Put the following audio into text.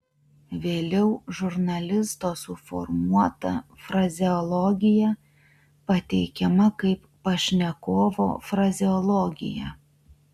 vėliau žurnalisto suformuota frazeologija pateikiama kaip pašnekovo frazeologija